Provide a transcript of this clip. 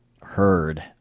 heard